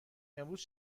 امروز